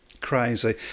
crazy